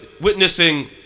witnessing